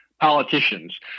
politicians